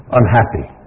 unhappy